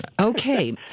Okay